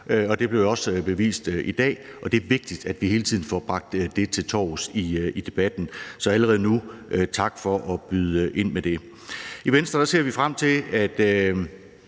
det blev også bevist i dag. Det er vigtigt, at vi hele tiden får bragt det til torvs i debatten. Så allerede nu vil jeg sige tak for at byde ind med det. I Venstre ser vi frem til, at